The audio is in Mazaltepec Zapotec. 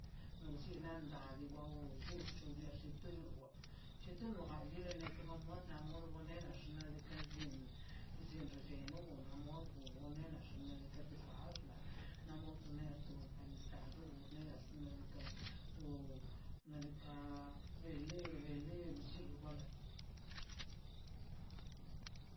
No lli landa di wa llucho xita lluch wa chita moa jia lento mogna moneda xnaꞌ diikaꞌ kan nchin byen rellino na wo ne nax ka xin diikaꞌ kato xax ḻa ka to empanizado ur neda to nadika bele bele bllin wa la.